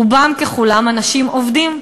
רובם ככולם אנשים עובדים.